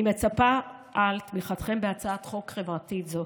אני מצפה לתמיכתכם בהצעת חוק חברתית זו.